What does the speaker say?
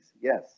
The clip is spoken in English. Yes